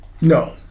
no